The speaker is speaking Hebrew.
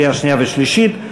לקריאה שנייה ולקריאה שלישית.